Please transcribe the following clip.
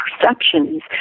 perceptions